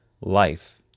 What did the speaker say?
life